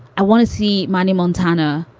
i want to see marnie, montana,